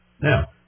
Now